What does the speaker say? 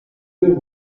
you